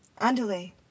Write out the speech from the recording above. Andale